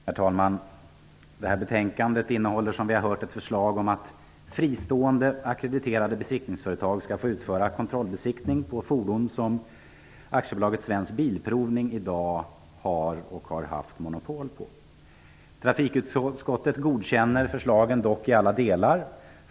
Herr talman! Som vi har hört innehåller betänkandet ett förslag om att fristående ackrediterade besiktningsföretag skall få utföra kontrollbesiktning på fordon som AB Svensk Bilprovning i dag har, och har haft, monopol på. Trafikutskottet godkänner dock förslagen i alla delar.